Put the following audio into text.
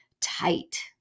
tight